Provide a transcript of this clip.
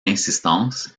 insistance